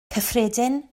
cyffredin